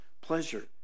Pleasure